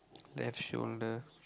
left shoulder